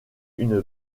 une